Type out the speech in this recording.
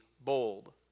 bold